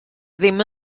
ddim